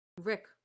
Rick